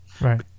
right